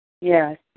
Yes